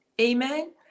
Amen